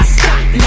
stop